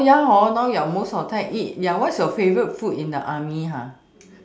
ya hor now more of the time eat what is the most favourite food in the army ah